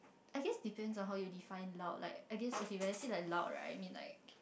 I guess depends on how you define loud like I guess okay when I say like loud right I mean like